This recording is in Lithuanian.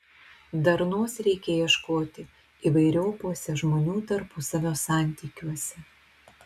darnos reikia ieškoti įvairiopuose žmonių tarpusavio santykiuose